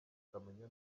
ukamenya